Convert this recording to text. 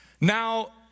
Now